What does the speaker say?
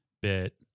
bit